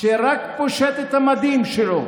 שרק פושט את המדים שלו